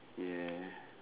ya